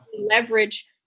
leverage